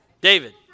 David